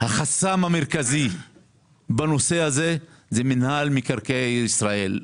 שהחסם המרכזי בנושא הזה הוא מינהל מקרקעי ישראל.